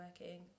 working